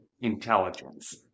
intelligence